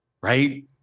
right